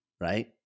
right